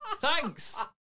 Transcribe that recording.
Thanks